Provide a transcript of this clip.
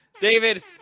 David